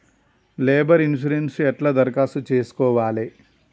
Labour insurance ఎట్ల దరఖాస్తు చేసుకోవాలే?